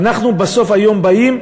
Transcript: ואנחנו בסוף היום באים,